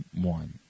one